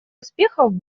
успехов